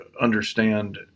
understand